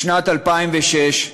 בשנת 2006,